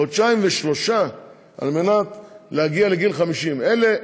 חודשיים ושלושה על מנת להגיע לגיל 50. אלה,